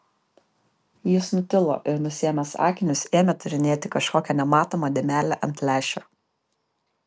jis nutilo ir nusiėmęs akinius ėmė tyrinėti kažkokią nematomą dėmelę ant lęšio